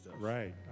right